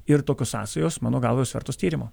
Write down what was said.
ir tokios sąsajos mano galva jos vertos tyrimo